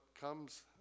comes